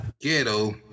ghetto